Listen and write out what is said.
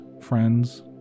friends